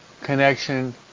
connection